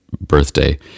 birthday